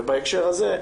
ובהקשר הזה,